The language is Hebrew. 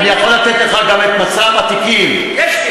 אני יכול לתת לך גם את מצב התיקים, יש לי.